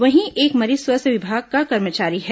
वहीं एक मरीज स्वास्थ्य विभाग का कर्मचारी है